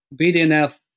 BDNF